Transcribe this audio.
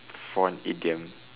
for an idiom